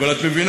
אבל את מבינה,